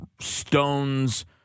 stones